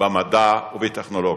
במדע ובטכנולוגיה.